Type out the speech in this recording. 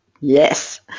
Yes